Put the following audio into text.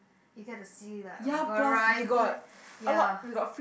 you can to see like a variety ya